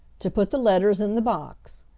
to put the letters in the box,